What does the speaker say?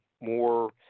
more –